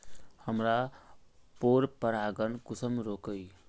हमार पोरपरागण कुंसम रोकीई?